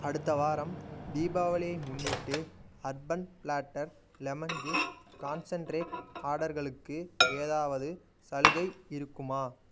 அடுத்த வாரம் தீபாவளியை முன்னிட்டு urban platter lemon juice concentrate ஆர்டர்களுக்கு ஏதாவது சலுகை இருக்குமா